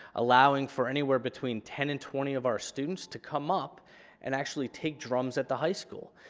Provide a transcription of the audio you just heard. allowing for anywhere between ten and twenty of our students to come up and actually take drums at the high school.